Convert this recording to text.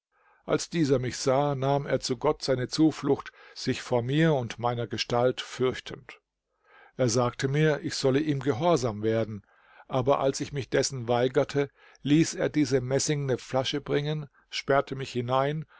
als dieser mich sah nahm er zu gott seine zuflucht sich vor mir und meiner gestalt fürchtend er sagte mir ich solle ihm gehorsam werden aber als ich mich dessen weigerte ließ er diese messingne flasche bringen sperrte mich hinein